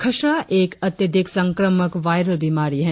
खसरा एक अत्यधिक संक्रामक वायरल बीमारी है